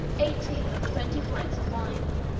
eighteen or twenty pints of wine,